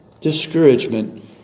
discouragement